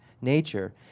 nature